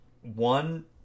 One